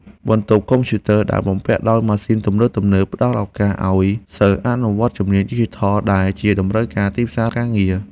បន្ទប់កុំព្យូទ័រដែលបំពាក់ដោយម៉ាស៊ីនទំនើបៗផ្តល់ឱកាសឱ្យសិស្សអនុវត្តជំនាញឌីជីថលដែលជាតម្រូវការទីផ្សារការងារ។